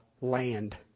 land